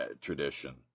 tradition